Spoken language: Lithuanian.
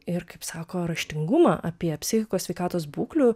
ir kaip sako raštingumą apie psichikos sveikatos būklių